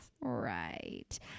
Right